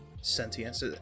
sentience